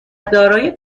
دارای